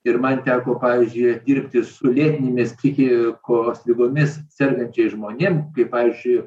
ir man teko pavyzdžiui dirbti su lėtinėmis psichikos ligomis sergančiais žmonėm kaip pavyzdžiui